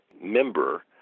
member